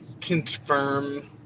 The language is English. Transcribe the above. confirm